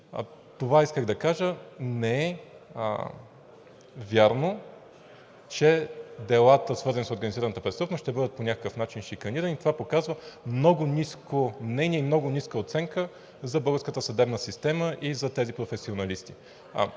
Това исках да кажа – не е вярно, че делата, свързани с организираната престъпност, ще бъдат по някакъв начин шиканирани. Това показва много ниско мнение и много ниска оценка за българската съдебна система и за тези професионалисти.